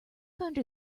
under